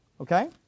Okay